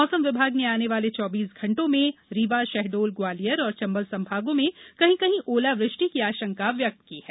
मौसम विभाग ने आने वाले चौबीस घंटों में रीवा शहर्डोल ग्वालियर और चंबल संभागों में कहीं कहीं ओलावृष्टि की आशंका व्यक्त की है